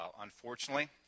unfortunately